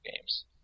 games